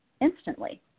instantly